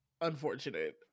unfortunate